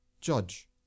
judge